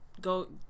go